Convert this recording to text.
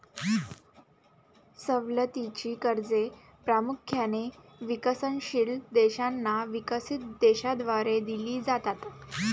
सवलतीची कर्जे प्रामुख्याने विकसनशील देशांना विकसित देशांद्वारे दिली जातात